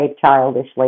childishly